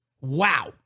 Wow